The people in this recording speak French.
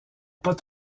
pas